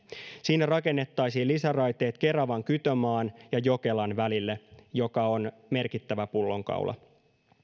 siinä rakennettaisiin lisäraiteet kerava kytömaa jokela välille joka on merkittävä pullonkaula